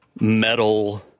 metal